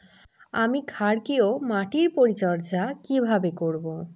আমি ক্ষারকীয় মাটির পরিচর্যা কিভাবে করব?